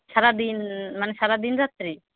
সারাদিন মানে সারা দিন রাত্রি